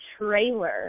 trailer